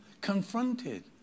confronted